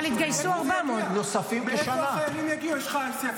אבל התגייסו 400. מאיפה זה יגיע?